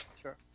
Sure